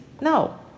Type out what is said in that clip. No